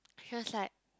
she was like